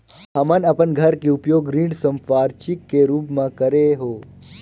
हमन अपन घर के उपयोग ऋण संपार्श्विक के रूप म करे हों